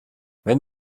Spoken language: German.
wenn